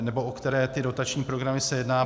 Nebo o které ty dotační programy se jedná.